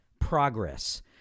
progress